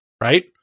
Right